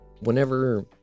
whenever